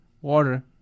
water